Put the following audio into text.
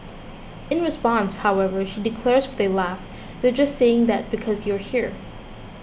in response however she declares with a laugh they're just saying that because you're here